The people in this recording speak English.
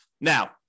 Now